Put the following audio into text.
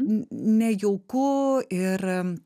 nejauku ir